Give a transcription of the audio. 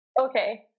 Okay